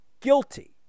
guilty